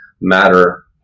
matter